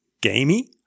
Gamey